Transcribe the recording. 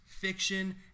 fiction